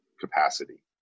capacity